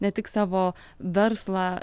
ne tik savo verslą